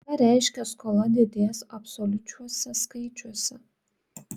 ką reiškia skola didės absoliučiuose skaičiuose